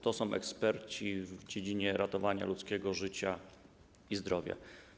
To są eksperci w dziedzinie ratowania ludzkiego życia i zdrowia.